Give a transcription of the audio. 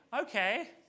okay